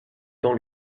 dans